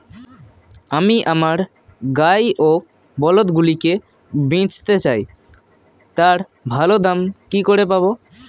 আমি আমার গাই ও বলদগুলিকে বেঁচতে চাই, তার ভালো দাম কি করে পাবো?